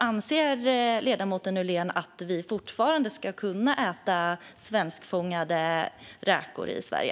Anser ledamoten Nohrén att vi fortfarande ska kunna äta svenskfångade räkor i Sverige?